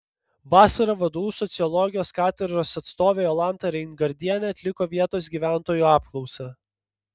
vasarą vdu sociologijos katedros atstovė jolanta reingardienė atliko vietos gyventojų apklausą